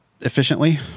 efficiently